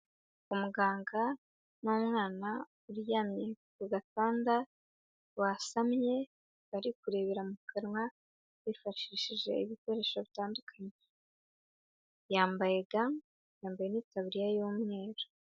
Umuganga n'umwana uryamye ku gatanda, wasamye bari kurebera mu kanwa, bifashishije ibikoresho bitandukanye, yambaye ga, yambaye n'itaburiya y'umweru.